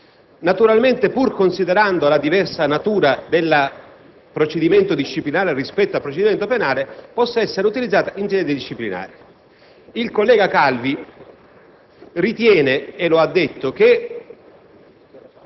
penale, considerando la diversa natura del procedimento disciplinare rispetto al procedimento penale, possa esser utilizzata in sede disciplinare. Il collega Calvi ritiene - e lo ha detto - che